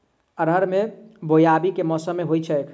अरहर केँ बोवायी केँ मौसम मे होइ छैय?